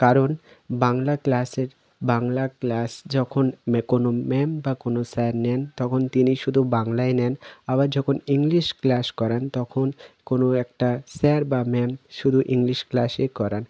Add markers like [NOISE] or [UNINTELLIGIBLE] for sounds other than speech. কারণ বাংলা ক্লাসের বাংলার ক্লাস যখন মে [UNINTELLIGIBLE] কোনো ম্যাম বা কোনো স্যার নেন তখন তিনি শুধু বাংলাই নেন আবার যখন ইংলিশ ক্লাস করান তখন কোনো একটা স্যার বা ম্যাম শুধু ইংলিশ ক্লাসই করান